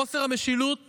חוסר המשילות